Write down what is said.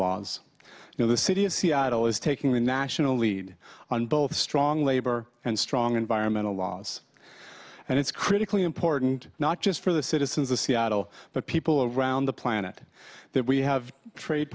laws you know the city of seattle is taking the national lead on both strong labor and strong environmental laws and it's critically important not just for the citizens of seattle but people around the planet that we have trade